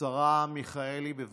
השרה מיכאלי, בבקשה.